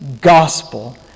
Gospel